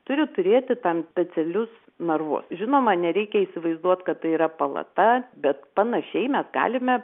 turi turėti tam specialius narvus žinoma nereikia įsivaizduot kad tai yra palata bet panašiai mes galime